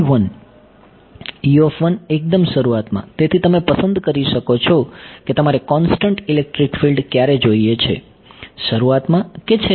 એકદમ શરૂઆતમાં તેથી તમે પસંદ કરી શકો છો કે તમારે કોન્સ્ટંટ ઇલેક્ટ્રિક ફિલ્ડ ક્યારે જોઈએ છે શરૂઆત માં કે છેલ્લે